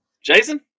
Jason